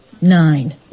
Nine